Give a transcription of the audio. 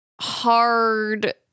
hard